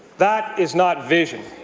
that is not vision.